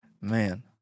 man